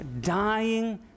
dying